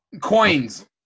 Coins